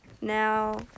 Now